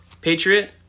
Patriot